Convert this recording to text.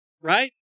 Right